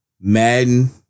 Madden